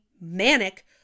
manic